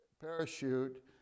parachute